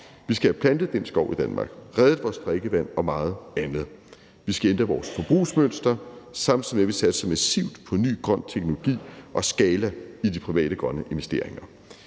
vi skal have plantet den skov i Danmark, reddet vores drikkevand og meget andet. Vi skal ændre vores forbrugsmønster, samtidig med at vi satser massivt på ny grøn teknologi og skala i de private grønne investeringer.